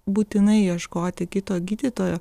būtinai ieškoti kito gydytojo